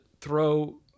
throw